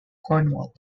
cornwall